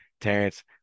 Terrence